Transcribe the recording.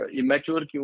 immature